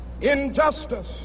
injustice